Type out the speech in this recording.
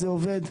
זה עובד,